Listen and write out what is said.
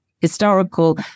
historical